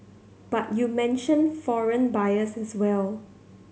but you mentioned foreign buyers as well